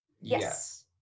Yes